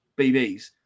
BBs